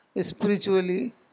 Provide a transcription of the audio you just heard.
spiritually